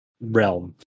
realm